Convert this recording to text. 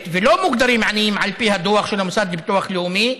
לא מוגדרים עניים על פי הדוח של המוסד לביטוח לאומי,